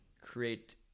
create